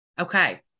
Okay